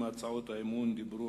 כבוד השר,